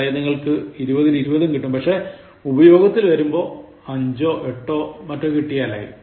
അതായത് നിങ്ങൾക്ക് 20ൽ 20ഉം കിട്ടും പക്ഷെ ഉപയോഗത്തിൽ 5 ഓ 8ഓ മറ്റോ കിട്ടിയാലായി